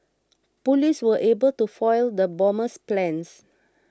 police were able to foil the bomber's plans